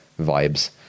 vibes